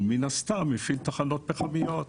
הוא הפעיל תחנות פחמיות.